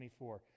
24